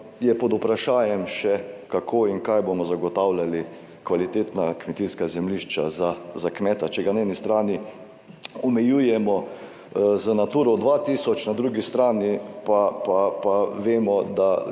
je pod vprašajem še kako in kaj bomo zagotavljali kvalitetna kmetijska zemljišča za kmeta, če ga na eni strani omejujemo z Naturo 2000, na drugi strani pa pa vemo,